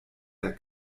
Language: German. der